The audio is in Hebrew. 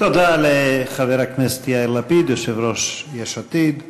תודה לחבר הכנסת יאיר לפיד, יושב-ראש יש עתיד.